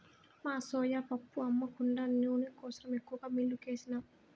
మా సోయా పప్పు అమ్మ కుండా నూనె కోసరం ఎక్కువగా మిల్లుకేసినాము